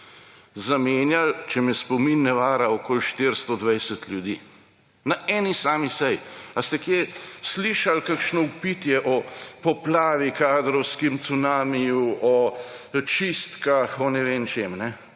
zamenjali, če me spomin ne vara, okoli 420 ljudi. Na eni sami seji! Ali ste kje slišali kakšno vpitje o poplavi, kadrovskem cunamiju, o čistkah, o ne vem čem?